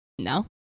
No